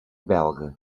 belga